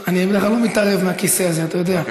אני בדרך כלל לא מתערב מהכיסא הזה, אתה יודע.